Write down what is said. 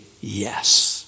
yes